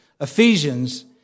Ephesians